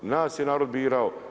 Nas je narod birao.